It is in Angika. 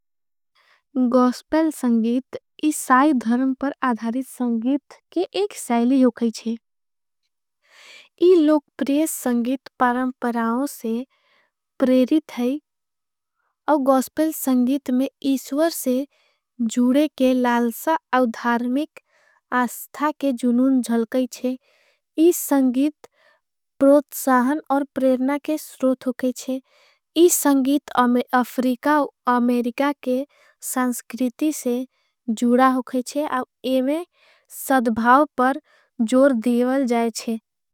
गोस्पेल संगीत इसाई धर्म पर आधारी संगीत के एक सैली। हो काई छे इस लोगप्रिय संगीत परमपराओं से प्रेरी थाई। और गोस्पेल संगीत में इश्वर से जूड़े के लालसा और धार्मिक। आस्था के जुनून जल काई छे इस संगीत प्रोत्साहन और प्रेरिणा। के स्रोथ हो के छे इस संगीत अमे अफरीका और अमेरिका के। संस्कृति से जूड़ा हो के छे और इमे सदभाव पर जोर दिये वल जाये छे।